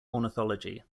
ornithology